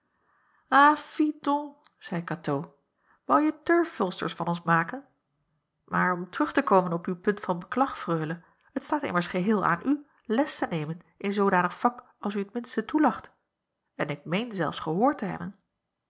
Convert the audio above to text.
fi donc zeî katoo wouje turfvulsters van ons maken maar om terug te komen op uw punt van beklag freule het staat immers geheel aan u les te nemen in zoodanig vak als u t minste toelacht en ik meen zelfs gehoord te hebben